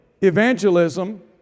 evangelism